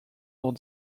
dans